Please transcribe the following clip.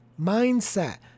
Mindset